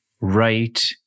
right